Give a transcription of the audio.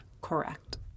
Correct